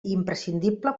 imprescindible